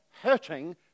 hurting